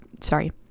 sorry